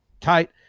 tight